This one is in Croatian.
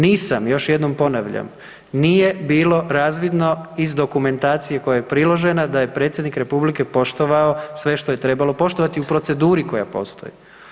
Nisam, još jednom ponavljam, nije bilo razvidno iz dokumentacije koja je priložena da je predsjednik Republike poštovao sve što je trebao poštovati u proceduri koja postoji.